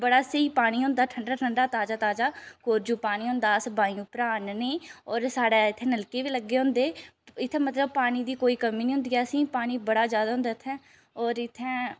बड़ा स्हेई पानी होंदा ठंडा ठंडा ताज़ा ताज़ा कोरजू पानी होंदा अस बाईं उप्परा आह्नने होर साढ़ै इत्थें नलके बी लग्गे दे होंदे इत्थें मतलब पानी दी कोई कमी निं होदी ऐ असेंगी पानी बड़ा ज्यादा होंदा इत्थै होर इत्थें